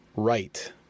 right